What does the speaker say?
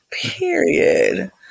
Period